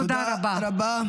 תודה רבה.